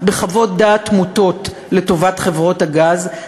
בחוות דעת מוטות לטובת חברות הגז.